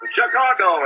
Chicago